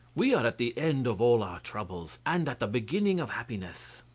we are at the end of all our troubles, and at the beginning of happiness.